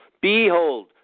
Behold